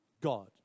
God